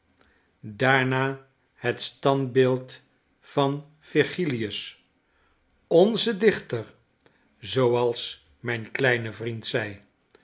daarna het standbeeld van virgilius o n z e dichter zooals mijn kleine vriend zei